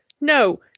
No